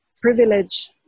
privilege